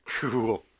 Cool